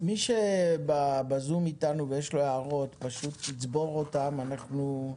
מי שבזום איתנו ויש לו הערות שיצבור אותן ואנחנו נפנה.